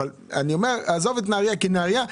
עזוב את נהריה כנהריה.